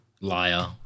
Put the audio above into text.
Liar